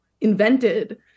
invented